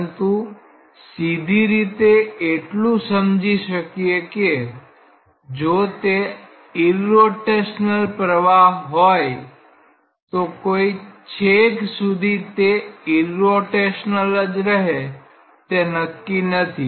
પરંતુ સીધી રીતે એટલું સમજી શકીએ કે જો તે ઈરરોટેશનલ હોય તો કોઈ છેક સુધી તે ઈરરોટેશનલ જ રહે તે નક્કી નથી